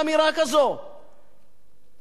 כי נכון לרגע זה שמענו,